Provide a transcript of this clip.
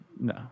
No